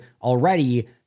already